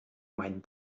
meinen